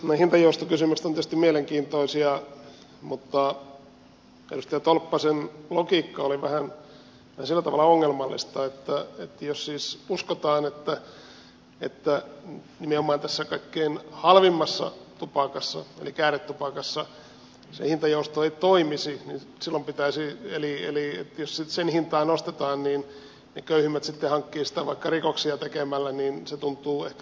nuo hintajoustokysymykset ovat tietysti mielenkiintoisia mutta edustaja tolppasen logiikka oli sillä tavalla vähän ongelmallista että jos siis uskotaan että nimenomaan tässä kaikkein halvimmassa tupakassa eli kääretupakassa se hintajousto ei toimisi eli että jos sen hintaa nostetaan niin köyhimmät sitten hankkivat sitä vaikka rikoksia tekemällä niin se tuntuu ehkä vähän liioitellulta